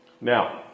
Now